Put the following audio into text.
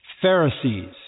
Pharisees